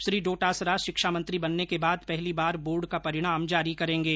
श्री डोटासरा शिक्षा मंत्री बनने के बाद पहली बार बोर्ड का परिणाम जारी करेंगे